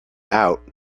out